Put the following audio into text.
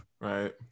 right